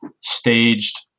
staged